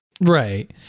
Right